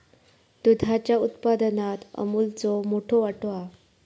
दुधाच्या उत्पादनात अमूलचो मोठो वाटो हा